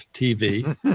TV